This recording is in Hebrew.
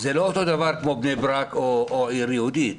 זה לא אותו דבר כמו בני ברק או עיר יהודית.